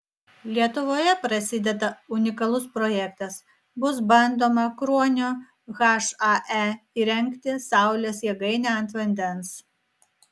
lietuvoje prasideda unikalus projektas bus bandoma kruonio hae įrengti saulės jėgainę ant vandens